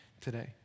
today